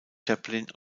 chaplin